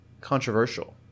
controversial